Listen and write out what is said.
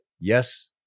yes